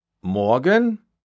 Morgen